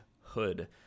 Hood